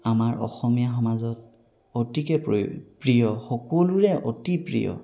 আমাৰ অসমীয়া সমাজত অতিকৈ প্ৰয়ো প্ৰিয় সকলোৰে অতি প্ৰিয়